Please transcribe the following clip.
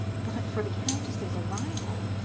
but for the countess's arrival,